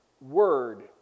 word